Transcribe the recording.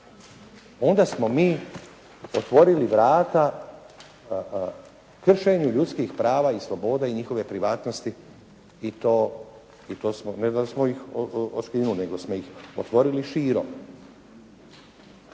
onda smo mi otvorili vrata kršenju ljudskih prava i sloboda i njihove privatnosti i to, i to smo, ne da smo ih odškrinuli nego smo ih otvorili širom.